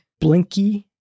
Blinky